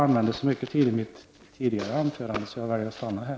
Jag utnyttjade mycket tid i mitt tidigare anförande, så jag väljer att stanna här.